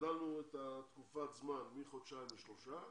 הגדלנו את התקופה עצמה מחודשיים לשלושה חודשים.